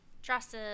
dresses